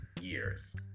years